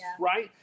right